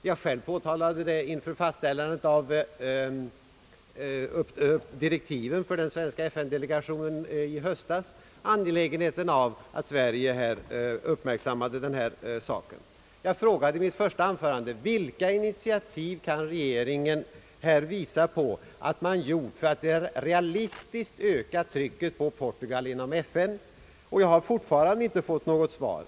Jag har själv inför fastställandet av direktiven för den svenska FN-delegationen i höstas betonat angelägenheten av att Sverige uppmärksammar den här saken. Jag frågade i mitt första anförande vilka realistiska initiativ regeringen kan peka på att den tagit i syfte att öka trycket på Portugal inom FN. Jag har fortfarande inte fått något svar.